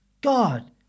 God